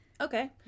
Okay